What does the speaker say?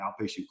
outpatient